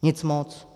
Nic moc.